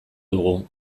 dugu